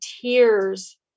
tears